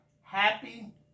happy